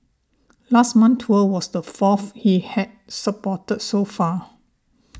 last month's tour was the fourth he has supported so far